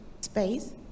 space